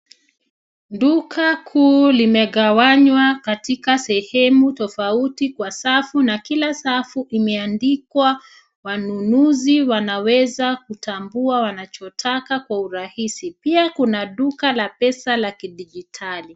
Duka kuu limegawanywa katika sehemu tofauti kwa safu na kila safu imeandikwa. Wanunuzi wanaweza kutambua wanachotaka kwa urahisi. Pia kuna duka la pesa la kidijitali.